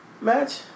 match